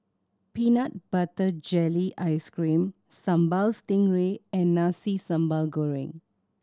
peanut butter jelly ice cream Sambal Stingray and Nasi Sambal Goreng